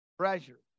treasure